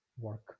work